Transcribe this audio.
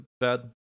bad